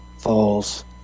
falls